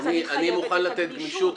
אז אני חייבת את הגמישות.